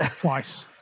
Twice